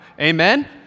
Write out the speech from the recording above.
Amen